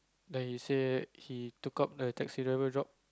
then he say he took up a taxi driver job